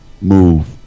move